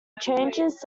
changes